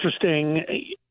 interesting